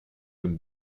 homme